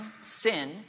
sin